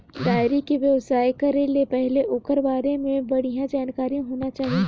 dairy के बेवसाय करे ले पहिले ओखर बारे में बड़िहा जानकारी होना चाही